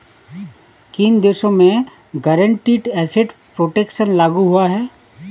किन देशों में गारंटीड एसेट प्रोटेक्शन लागू हुआ है?